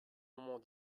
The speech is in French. moment